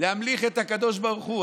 להמליך את הקדוש ברוך הוא,